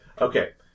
okay